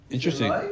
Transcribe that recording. Interesting